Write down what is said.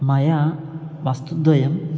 मया वस्तुद्वयम्